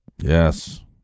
Yes